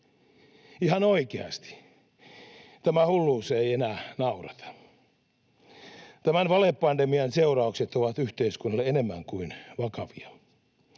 Ihan oikeasti: tämä hulluus ei enää naurata. Tämän valepandemian seuraukset ovat yhteiskunnalle enemmän kuin vakavia.